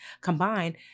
combined